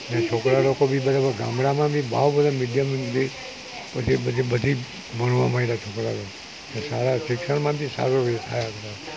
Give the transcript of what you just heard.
ને છોકરા લોકો બી બરાબર ગામડામાં બી બહુ બધી મીડિયમ ઇંગ્લિશ પછી બધી બધી ભણવા માંડ્યા છોકરાઓને સારા શિક્ષણમાંથી સારું દેશ થાય આપણો